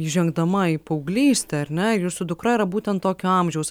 įžengdama į paauglystę ar ne jūsų dukra yra būtent tokio amžiaus